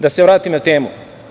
Da se vratim na temu.